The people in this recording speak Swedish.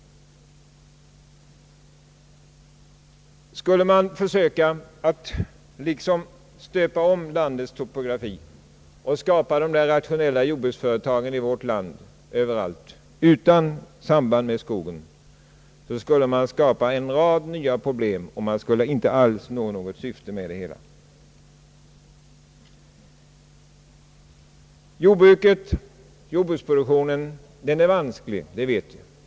Skulle man försöka att stöpa om landets topografi och skapa det rationella jordbruksföretaget överallt i vårt land utan samband med skog, skulle man skapa en rad nya problem och inte alls nå något syfte med det hela. Jordbruksproduktionen är vansklig, det vet vi.